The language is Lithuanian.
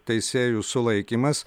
teisėjų sulaikymas